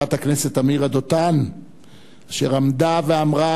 חברת הכנסת עמירה דותן אשר עמדה ואמרה: